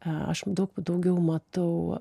aš daug daugiau matau